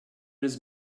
his